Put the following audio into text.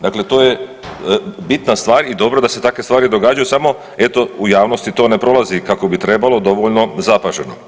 Dakle, to je bitna stvar i dobro da se takve stvari događaju, samo eto u javnosti to ne prolazi kako bi trebalo dovoljno zapaženo.